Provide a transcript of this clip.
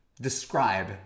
describe